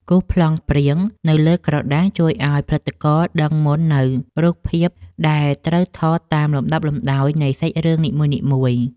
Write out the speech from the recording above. គូសប្លង់ព្រាងនៅលើក្រដាសជួយឱ្យផលិតករដឹងមុននូវរូបភាពដែលត្រូវថតតាមលំដាប់លំដោយនៃសាច់រឿងនីមួយៗ។